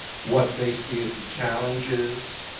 what they see as the challenges,